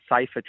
safer